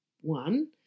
One